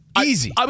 Easy